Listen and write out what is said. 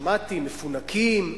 שמעתי, מפונקים.